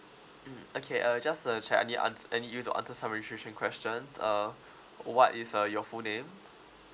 mm okay uh just a check I need your ans~ I need you to answer some restriction questions uh what is uh your full name